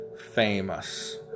famous